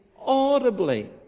audibly